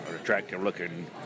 attractive-looking